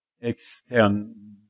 Extend